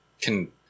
can-